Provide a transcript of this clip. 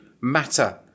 matter